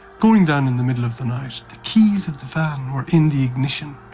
going down in the middle of the night, the keys of the van were in the ignition.